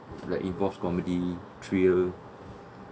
like involve comedy thrill